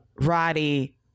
Roddy